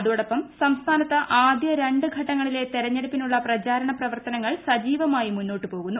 അതോടൊപ്പം സംസ്ഥാനത്ത് ആദ്യ രണ്ട് ഘട്ടങ്ങളിലെ തെരഞ്ഞെടുപ്പിനുള്ള പ്രചാരണ പ്രവർത്തനങ്ങൾ സജീവമായി മുന്നോട്ട് പോകുന്നു